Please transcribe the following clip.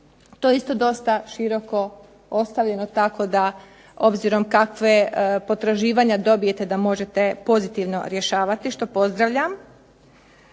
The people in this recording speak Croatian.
To je isto dosta široko ostavljeno tako da obzirom kakva potraživanja dobijete da možete pozitivno rješavati što pozdravljam.